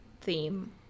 theme